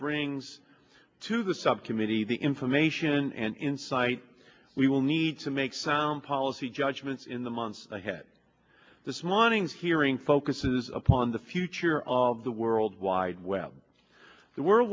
brings to the subcommittee the information and insight we will need to make sound policy judgments in the months ahead this morning's hearing focuses upon the future of the world wide web the world